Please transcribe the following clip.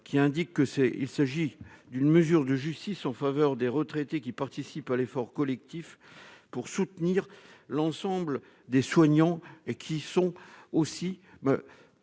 sociales, il s'agit d'une mesure de justice en faveur des retraités qui participent à l'effort collectif pour soutenir l'ensemble des soignants épuisés depuis